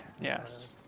Yes